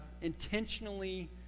intentionally